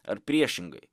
ar priešingai